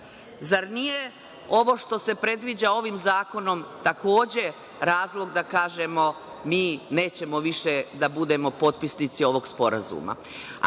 Zar nije ovo što se predviđa ovim zakonom takođe razlog da kažemo – mi nećemo više da budemo potpisnici ovog sporazuma? Ako